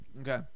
Okay